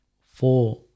Four